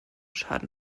schaden